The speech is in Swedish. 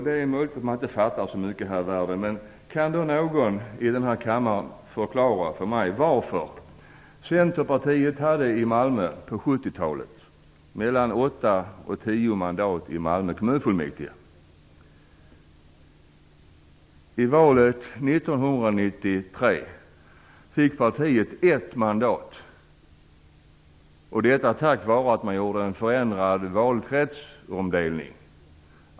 Det är möjligt att man inte fattar så mycket här i världen, men kan då någon i den här kammaren förklara för mig varför Centerpartiet i Malmö på 70 mandat, detta tack vare att man förändrat valkretsindelningen.